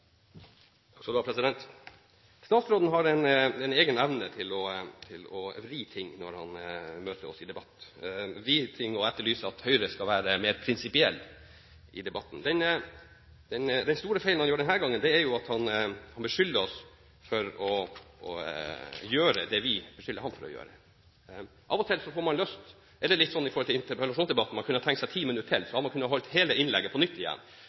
har han en egen evne til å vri på ting og til å etterlyse at Høyre skal være mer prinsipiell i debatten. Den store feilen han gjør denne gangen, er at han beskylder oss for å gjøre det vi beskylder ham for å gjøre. Av og til kunne man – i forhold til interpellasjonsdebatten – tenke seg å ha 10 minutter til, så kunne man holdt hele innlegget på nytt